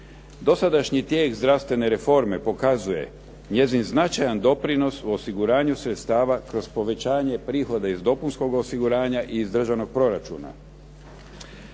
Dosadašnji tijek zdravstvene reforme pokazuje njezin značajan doprinos u osiguranju sredstava kroz povećanje prihoda iz dopunskog osiguranja i iz državnog proračuna.